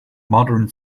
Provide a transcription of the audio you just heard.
modern